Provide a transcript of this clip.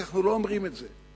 אנחנו רק לא אומרים את זה.